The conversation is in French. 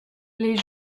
les